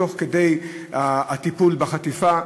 תוך כדי הטיפול בחטיפה.